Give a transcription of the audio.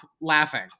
laughing